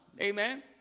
Amen